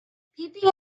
peeping